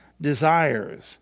desires